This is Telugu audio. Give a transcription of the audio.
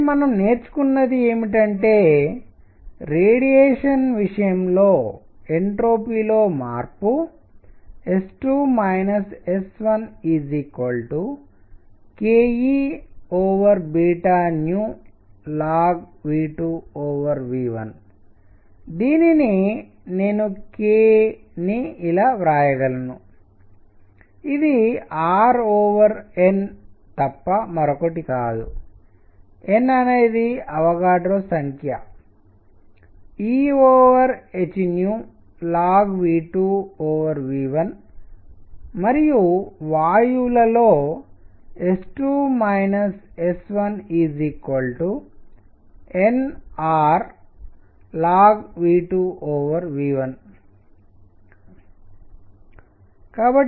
కాబట్టి మనం నేర్చుకున్నది ఏమిటంటే రేడియేషన్ విషయంలో ఎంట్రోపీ లో మార్పు S2 S1kEln దీనిని నేను k ని ఇలా వ్రాయగలను ఇది Rn తప్ప మరొకటి కాదు n అనేది అవగాడ్రో సంఖ్య Ehln మరియు వాయువులలో S2 S1nRln